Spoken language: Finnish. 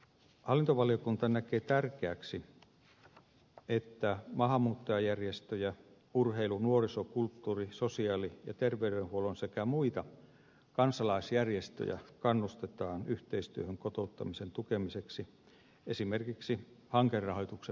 hallintovaliokunta näkee tärkeäksi että maahanmuuttajajärjestöjä ja urheilu nuoriso kulttuuri sosiaali ja terveydenhuollon sekä muita kansalaisjärjestöjä kannustetaan yhteistyöhön kotouttamisen tukemiseksi esimerkiksi hankerahoituksen myöntämiskriteereillä